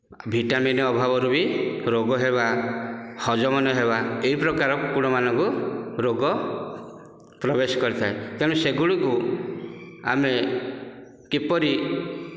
vitamin ଅଭାବରୁ ବି ରୋଗ ହେବା ହଜମ ନହେବା ଏହି ପ୍ରକାର କୁକୁଡ଼ାମାନଙ୍କୁ ରୋଗ ପ୍ରବେଶ କରିଥାଏ ତେଣୁ ସେଗୁଡ଼ିକୁ ଆମେ କିପରି